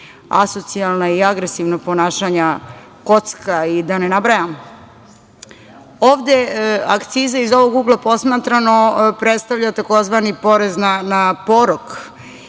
asocijalnog i agresivnog ponašanja, kocka i da ne nabrajam. Akciza, iz ovog ugla posmatrano, predstavlja tzv. porez na porok.